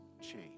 change